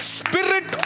spirit